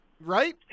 right